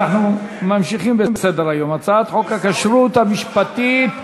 אנחנו ממשיכים בסדר-היום: הצעת חוק הכשרות המשפטית,